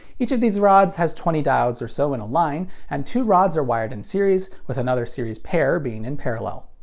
each of these rods has twenty diodes or so in a line, and two rods are wired in series, with another series-pair being in parallel.